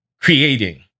creating